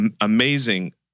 amazing